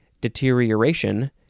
deterioration